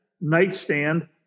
nightstand